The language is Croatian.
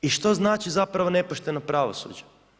I što znači zapravo nepošteno pravosuđe.